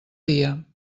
dia